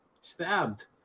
stabbed